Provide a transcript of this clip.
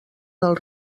del